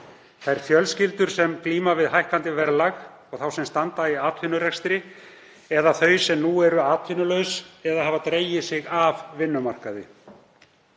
þeim fjölskyldum sem glíma við hækkandi verðlag og þeim sem standa í atvinnurekstri eða þeim sem nú eru atvinnulaus eða hafa dregið sig af vinnumarkaði.